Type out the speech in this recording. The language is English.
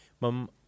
mum